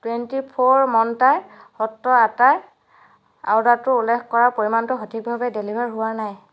twenty four মন্ত্ৰাৰ সট্টু আটাৰ অৰ্ডাৰটোত উল্লেখ কৰা পৰিমাণটো সঠিকভাৱে ডেলিভাৰ হোৱা নাই